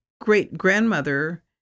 great-grandmother